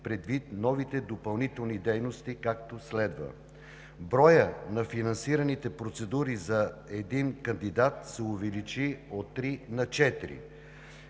предвид новите допълнителни дейности, както следва: броят на финансираните процедури за един кандидат се увеличи от три на